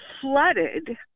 flooded